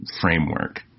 framework